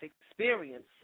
experience